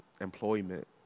Employment